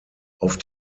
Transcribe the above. auf